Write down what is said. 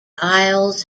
aisles